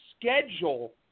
schedule